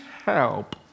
help